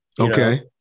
okay